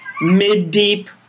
mid-deep